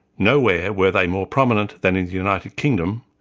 nowhere were they more prominent than in the united kingdom,